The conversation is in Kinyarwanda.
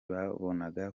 babonaga